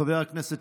חבר הכנסת